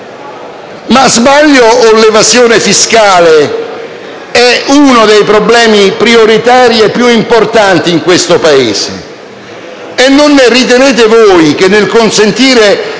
no? Sbaglio o l'evasione fiscale è uno dei problemi prioritari e più importanti in questo Paese? E non ritenete voi che, nell'immaginare